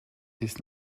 bis